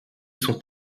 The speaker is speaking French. sont